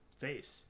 face